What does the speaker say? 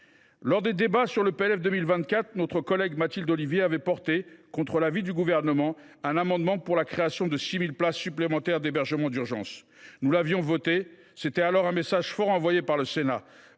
loi de finances pour 2024, notre collègue Mathilde Ollivier avait défendu, contre l’avis du Gouvernement, un amendement visant à créer 6 000 places supplémentaires d’hébergement d’urgence. Nous l’avions voté. C’était alors un message fort envoyé par le Sénat.